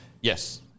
Yes